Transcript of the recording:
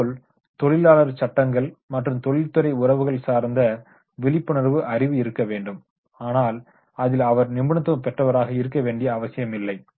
அதுபோல் தொழிலாளர் சட்டங்கள் மற்றும் தொழில்துறை உறவுகள் சார்ந்த விழிப்புணர்வு அறிவு இருக்க வேண்டும் ஆனால் அதில் அவர் நிபுணத்துவம் பெற்றவராக இருக்க வேண்டிய அவசியமில்லை